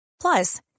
Plus